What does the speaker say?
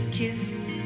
kissed